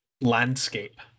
Landscape